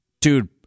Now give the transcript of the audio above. Dude